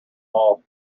all